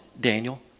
Daniel